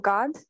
God